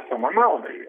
savo naudai